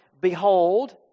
behold